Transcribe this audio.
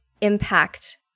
impact